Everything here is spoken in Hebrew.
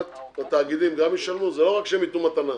התאגידים גם ישלמו, זה לא שיביאו רק מתנה.